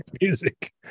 music